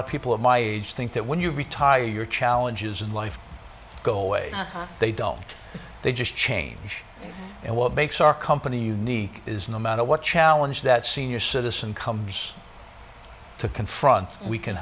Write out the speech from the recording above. of people of my age think that when you retire your challenges in life go away they don't they just change and what makes our company unique is no matter what challenge that senior citizen comes to confront we can